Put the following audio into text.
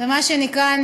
ומה שנקרא,